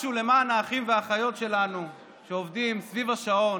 משהו למען האחים והאחיות שלנו שעובדים סביב השעון.